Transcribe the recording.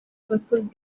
fruitful